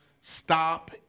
Stop